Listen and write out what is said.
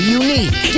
unique